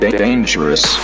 dangerous